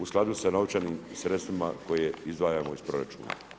u skladu sa novčanim sredstvima koje izdvajamo iz proračuna.